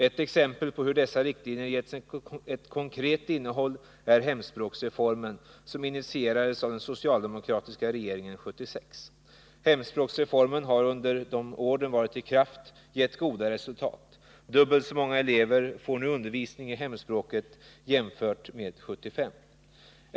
Ett exempel på hur dessa riktlinjer getts ett konkret innehåll är hemspråksreformen, som initierades av den socialdemokratiska regeringen 1976. Hemspråksreformen har under de år den varit i kraft gett goda resultat. Dubbelt så många elever får nu undervisning i hemspråket jämfört med 1975.